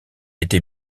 été